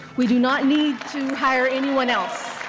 we do not need to hire anyone else.